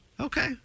Okay